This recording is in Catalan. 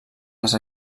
les